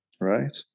right